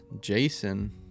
Jason